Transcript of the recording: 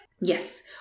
Yes